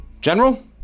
General